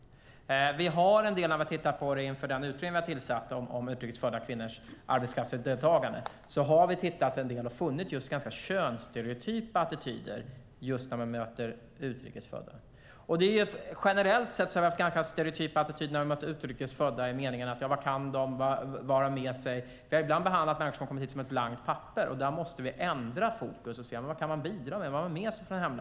I den utredning vi har tillsatt om utrikes födda kvinnors arbetskraftsdeltagande har vi tittat på och funnit ganska könsstereotypa attityder i mötet med utrikes födda. Generellt har vi haft ganska stereotypa attityder när vi möter utrikes födda avseende vad de kan och vad de har med sig. Vi har ibland behandlat människor som kommit hit som ett blankt papper. Här måste vi ändra fokus och se vad de kan bidra med.